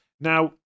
Now